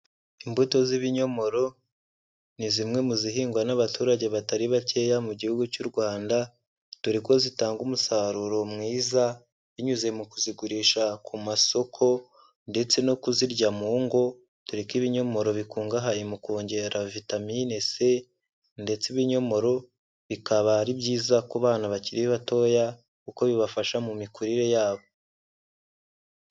Imbuto z'ibinyomoro ni zimwe mu zihingwa n'abaturage batari bakeya mu gihugu cy'u Rwanda, dore ko zitanga umusaruro mwiza binyuze mu kuzigurisha ku masoko ndetse no kuzirya mu ngo, dore ko ibinyomoro bikungahaye mu kongera vitamine C, ndetse ibinyomoro bikaba ari byiza ku bana bakiri batoya kuko bibafasha mu mikurire yabo.